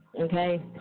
okay